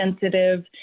sensitive